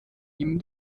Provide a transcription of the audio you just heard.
ihm